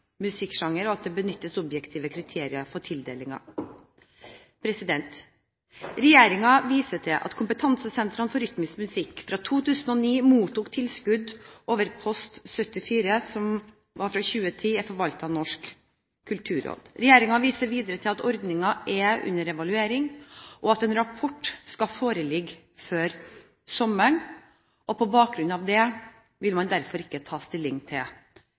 musikksjanger, og at det benyttes objektive kriterier for tildelingen. Regjeringen viser til at kompetansesentrene for rytmisk musikk fra 2009 mottok tilskudd over kap. 320, post 74, som fra 2010 er forvaltet av Norsk kulturråd. Regjeringen viser videre til at ordningen er under evaluering, og at en rapport skal foreligge før sommeren. På bakgrunn av det vil man derfor ikke ta stilling til